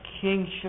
kingship